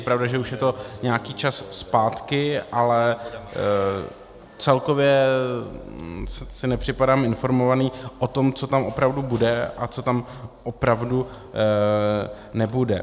Je pravda, že už je to nějaký čas zpátky, ale celkově si nepřipadám informovaný o tom, co tam opravdu bude a co tam opravdu nebude.